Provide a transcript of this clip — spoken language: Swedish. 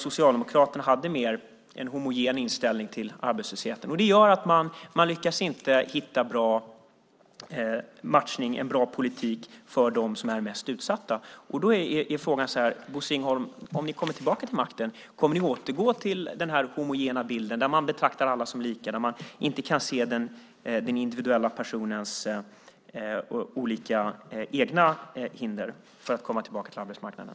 Socialdemokraterna hade en mer homogen inställning till arbetslösheten. Det gjorde att ni inte lyckades hitta en bra politik för dem som är mest utsatta. Om ni kommer tillbaka till makten, Bosse Ringholm, kommer ni då att återgå till den homogena bilden där alla betraktas som lika, där man inte ser den individuella personens egna hinder för att komma tillbaka till arbetsmarknaden?